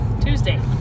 Tuesday